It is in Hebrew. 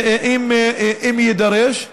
אם יידרש.